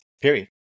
Period